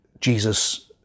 Jesus